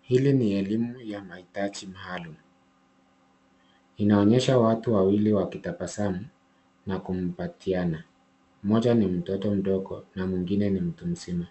Hili ni elimu ya maitaji maalum. Inaonyesha watu wawili wakitabasamu na kukumbatiana. Mmoja ni mtoto mdogo na mwingine ni mtu mzima.